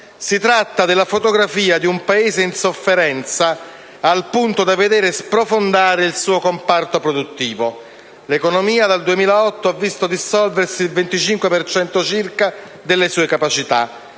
Si tratta della fotografia di un Paese in sofferenza, al punto di veder sprofondare il suo comparto produttivo. Dal 2008, l'economia ha visto dissolversi circa il 25 per cento delle sue capacità,